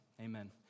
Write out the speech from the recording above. amen